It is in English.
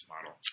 model